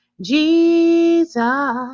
Jesus